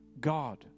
God